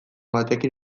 batekin